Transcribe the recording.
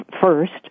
first